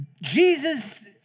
Jesus